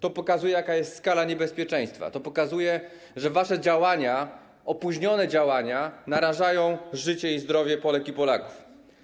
To pokazuje, jaka jest skala niebezpieczeństwa, to pokazuje, że wasze opóźnione działania narażają życie i zdrowie Polek i Polaków.